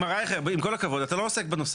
מר רייכר, עם כל הכבוד, אתה לא עוסק בנושא.